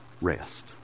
rest